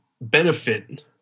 benefit